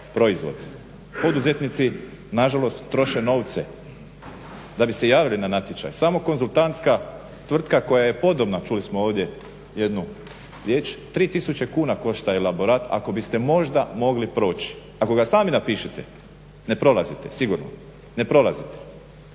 proizvod. Poduzetnici nažalost troše novce, da bi se javili na natječaj samo konzultantska tvrtka koja je podobna čuli smo ovdje jednu riječ 3000 kuna košta elaborat ako biste možda mogli proći. Ako ga sami napišete ne prolazite, sigurno. U tome